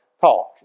talk